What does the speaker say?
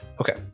Okay